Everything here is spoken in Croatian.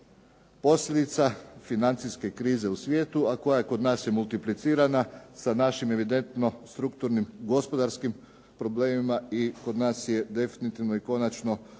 posljedica financijske krize u svijetu, a koja je kod nas multiplicirana sa našim evidentno strukturnim, gospodarskim problemima i kod nas je definitivno i konačno